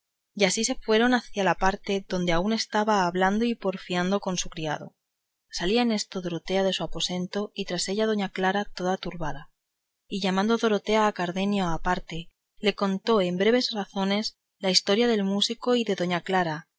y así se fueron hacia la parte donde aún estaba hablando y porfiando con su criado salía en esto dorotea de su aposento y tras ella doña clara toda turbada y llamando dorotea a cardenio aparte le contó en breves razones la historia del músico y de doña clara